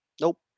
Nope